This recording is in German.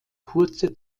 kurze